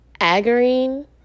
Agarine